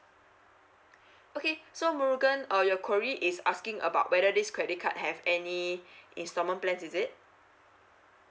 okay so murugan all your query is asking about whether this credit card have any installment plans is it